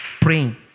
praying